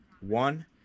one